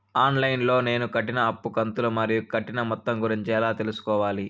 On line లో నేను కట్టిన అప్పు కంతులు మరియు కట్టిన మొత్తం గురించి ఎలా తెలుసుకోవాలి?